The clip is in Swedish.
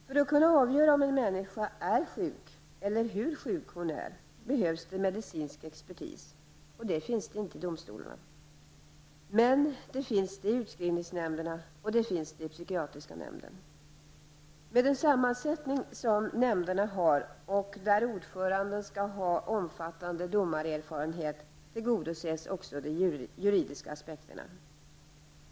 För att kunna avgöra om en människa är sjuk eller hur sjuk hon är behövs det medicinsk expertis, och det finns inte i domstolarna. Sådan finns emellertid i utskrivningsnämnderna och i psykiatriska nämnden. Med den sammansättning som nämnderna har och där ordföranden skall ha omfattande domarerfarenhet tillgodoses också de juridiska anspekterna.